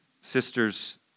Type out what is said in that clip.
sister's